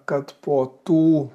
kad po tų